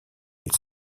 elle